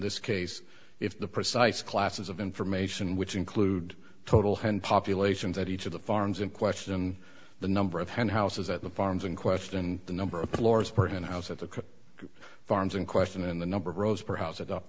this case if the precise classes of information which include total hand populations at each of the farms in question the number of head houses at the farms in question the number of floors apartment house at the farms in question and the number of rows per house